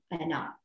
enough